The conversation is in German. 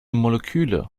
moleküle